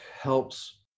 helps